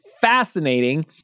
fascinating